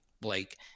Blake